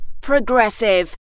progressive